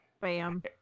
Bam